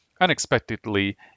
Unexpectedly